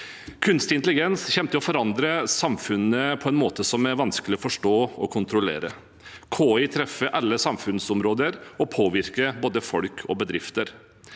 Kunstig intelligens kommer til å forandre samfunnet på en måte som er vanskelig å forstå og å kontrollere. KI treffer alle samfunnsområder og påvirker både folk og bedrifter.